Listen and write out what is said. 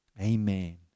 Amen